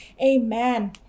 amen